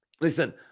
Listen